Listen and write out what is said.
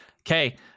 Okay